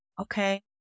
okay